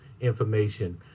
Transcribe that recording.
information